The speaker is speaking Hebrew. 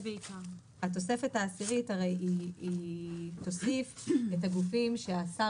התוספת העשירית היא תוסיף את הגופים שהשר